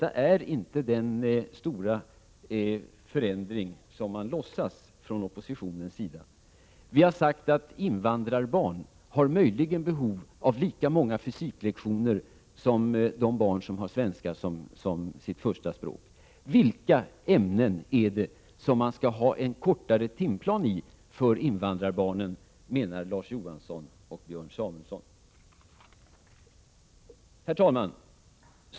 Det är inte fråga om den stora förändring som man från oppositionens sida låtsas om. Vi har sagt att invandrarbarn möjligen har behov av lika många fysiklektioner som de barn som har svenska som sitt första språk. Vilka är de ämnen som Larz Johansson och Björn Samuelson menar att man skall ha en kortare timplan i när det gäller invandrarbarnen? Herr talman!